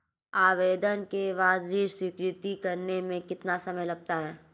आवेदन के बाद ऋण स्वीकृत करने में कितना समय लगता है?